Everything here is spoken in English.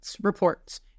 reports